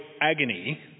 agony